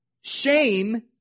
Shame